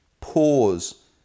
pause